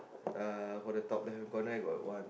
uh for the top left hand corner I got one